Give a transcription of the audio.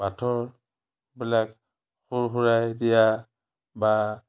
পাথৰবিলাক সোৰসোৰাই দিয়া বা